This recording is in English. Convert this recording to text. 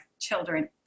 children